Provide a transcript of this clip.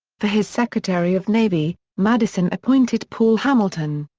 for his secretary of navy, madison appointed paul hamilton.